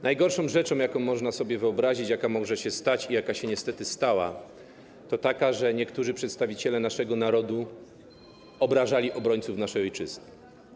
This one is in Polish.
Najgorsza rzecz, jaką można sobie wyobrazić, jaka może się stać i jaka się niestety stała, to taka, że niektórzy przedstawiciele naszego narodu obrażali obrońców naszej ojczyzny.